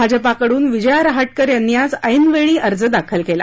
भाजपाकडून विजया रहाटकर यांनी आज ऐनवेळी अर्ज दाखल केला